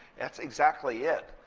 that's exactly it,